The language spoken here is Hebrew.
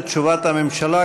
את תשובת הממשלה,